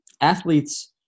athletes